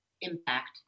impact